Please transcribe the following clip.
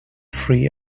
free